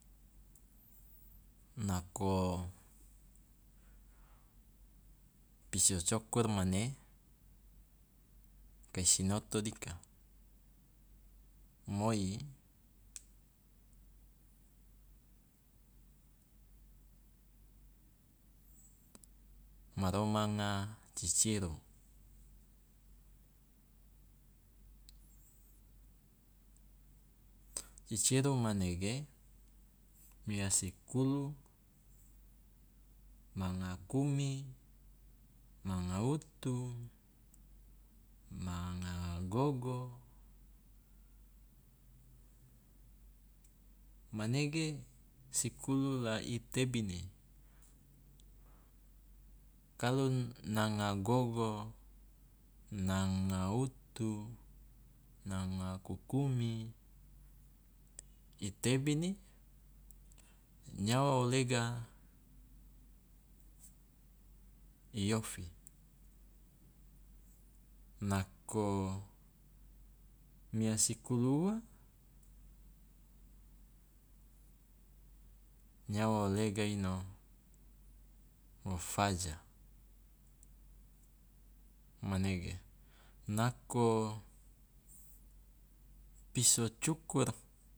Nako piso cukur mane kai sinoto dika. Moi ma romanga ciciru, ciciru manege mia si kulu manga kumi, manga utu, manga gogo, manege si kulu la i tebini, kalu nanga gogo, nanga utu, nanga kukumi i tebini nyawa o lega i ofi, nako mia si kulu ua nyawa o lega ino o faja, manege. Nako piso cukur